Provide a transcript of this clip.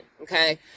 okay